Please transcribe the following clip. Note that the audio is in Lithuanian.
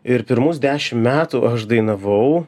ir pirmus dešim metų aš dainavau